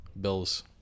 Bills